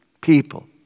people